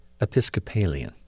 Episcopalian